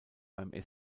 beim